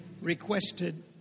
requested